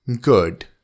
Good